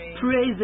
Praise